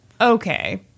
Okay